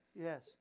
Yes